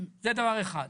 שנית,